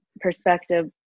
perspective